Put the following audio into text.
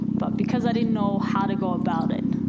but because i didn't know how to go about it,